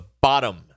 bottom